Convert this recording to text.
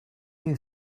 you